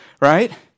right